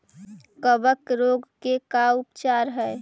कबक रोग के का उपचार है?